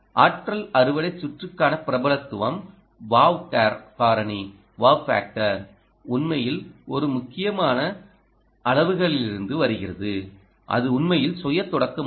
ஆற்றல் அறுவடை சுற்றுக்கான பிரபலத்துவம் 'வாவ் காரணி' உண்மையில் ஒரு முக்கியமான அளவுருவிலிருந்து வருகிறது அது உண்மையில் சுய தொடக்கமாகும்